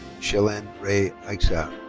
shealyn rae eichensehr.